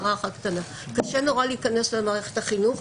קשה נורא להיכנס למערכת החינוך,